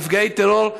נפגעי טרור,